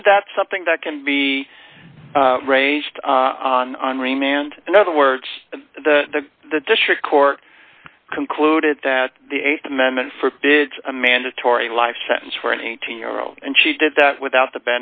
isn't that something that can be raised on on remand in other words the the district court concluded that the th amendment forbids a mandatory life sentence for an eighteen year old and she did that without the